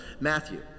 Matthew